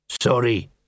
Sorry